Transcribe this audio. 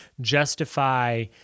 justify